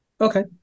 Okay